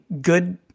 good